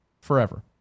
forever